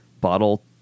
bottle